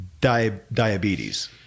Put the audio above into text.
diabetes